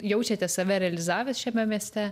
jaučiatės save realizavęs šiame mieste